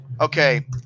okay